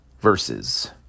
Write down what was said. Verses